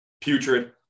putrid